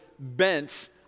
bent